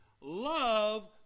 love